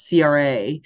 CRA